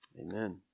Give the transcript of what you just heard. Amen